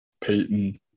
Peyton